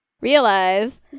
Realize